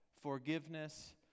forgiveness